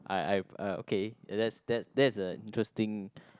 I I I okay that's that's that's a interesting